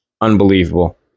unbelievable